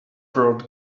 brought